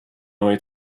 neue